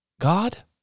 God